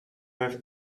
have